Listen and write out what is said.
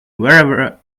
wherever